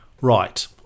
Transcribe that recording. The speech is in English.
Right